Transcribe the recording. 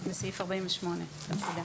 שעשוי להטעות לגבי מקצועו.